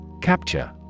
Capture